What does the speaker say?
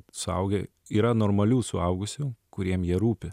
suaugę yra normalių suaugusių kuriem jie rūpi